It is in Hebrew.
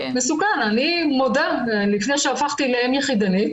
אני מודה, לפני שהפכתי לאם יחידנית